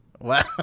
Wow